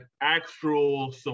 actual